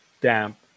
damp